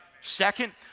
Second